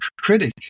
critic